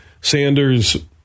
Sanders